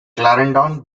clarendon